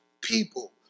people